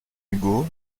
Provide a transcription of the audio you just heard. hugo